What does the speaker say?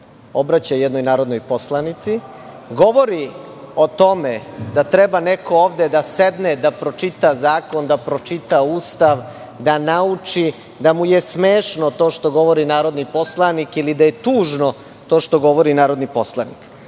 obraća jednoj narodnoj poslanici, govori o tome da treba neko ovde da sedne i pročita zakon, da pročita Ustav, da nauči da mu je smešno to što govori narodni poslanik, ili da je tužno to što govori narodni poslanik. Mislim